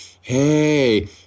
Hey